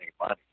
money